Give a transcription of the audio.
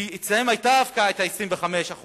כי אצלם היתה הפקעה של 25%